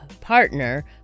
partner